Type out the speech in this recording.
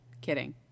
Kidding